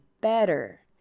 better